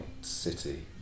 City